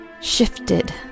shifted